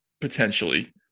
potentially